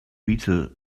beetle